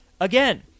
again